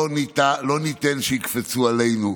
לא ניתן שיקפצו עלינו,